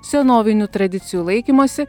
senovinių tradicijų laikymosi